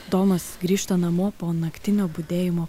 domas grįžta namo po naktinio budėjimo